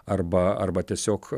arba arba tiesiog